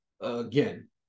again